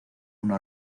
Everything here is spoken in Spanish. una